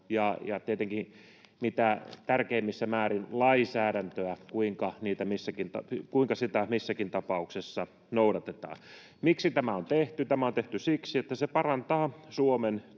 ja tietenkin mitä tärkeimmissä määrin lainsäädäntöä, kuinka sitä missäkin tapauksessa noudatetaan. Miksi tämä on tehty? Tämä on tehty siksi, että se parantaa Suomen